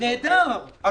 נהדר.